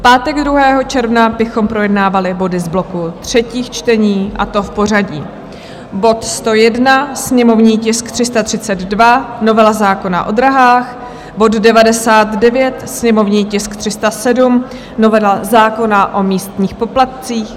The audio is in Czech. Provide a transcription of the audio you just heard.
V pátek 2. června bychom projednávali body z bloku třetích čtení, a to v pořadí: bod 101, sněmovní tisk 332, novela zákona o dráhách; bod 99, sněmovní tisk 307, novela zákona o místních poplatcích;